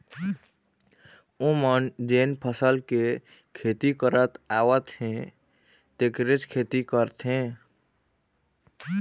ओमन जेन फसल के खेती करत आवत हे तेखरेच खेती करथे